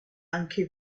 anche